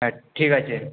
হ্যাঁ ঠিক আছে